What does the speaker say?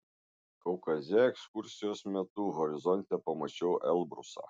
kaukaze ekskursijos metu horizonte pamačiau elbrusą